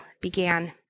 began